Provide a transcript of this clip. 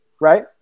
right